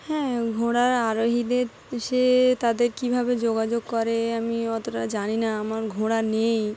হ্যাঁ ঘোড়ার আরোহীদের সে তাদের কীভাবে যোগাযোগ করে আমি অতটা জানি না আমার ঘোড়া নেই